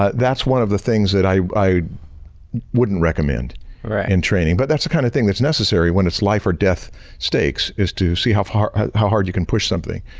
ah that's one of the things that i i wouldn't recommend ah in training. but that's the kind of thing that's necessary when it's life or death stakes is to see how hard how hard you can push something.